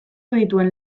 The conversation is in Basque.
dituen